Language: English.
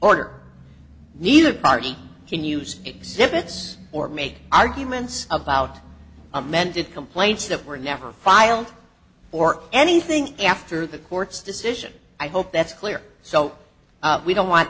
order neither party can use exhibits or make arguments about amended complaints that were never filed or anything after the court's decision i hope that's clear so we don't want